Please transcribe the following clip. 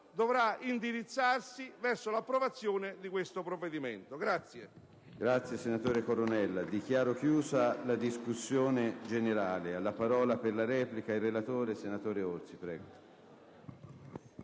debba indirizzarsi verso l'approvazione di questo provvedimento.